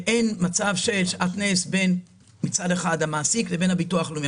אין מצב של שעטנז בין מצד אחד המעסיק לבין הביטוח הלאומי.